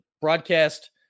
broadcast